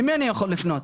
למי אני יכול לפנות?